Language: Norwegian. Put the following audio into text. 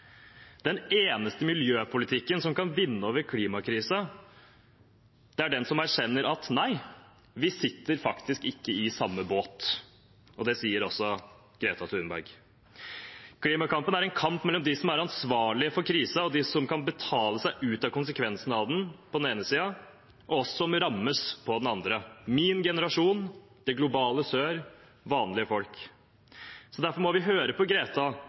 Den eneste miljøpolitikken som kan vinne over klimakrisen, er den som erkjenner at vi faktisk ikke sitter i samme båt. Det sier også Greta Thunberg. Klimakampen er en kamp mellom dem som er ansvarlige for krisen, og dem som kan betale seg ut av konsekvensene av den på den ene siden, og oss som rammes på den andre: min generasjon, det globale sør, vanlige folk. Derfor må vi høre på Greta